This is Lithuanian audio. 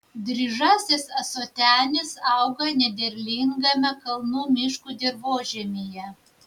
dryžasis ąsotenis auga nederlingame kalnų miškų dirvožemyje